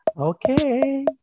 Okay